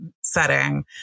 setting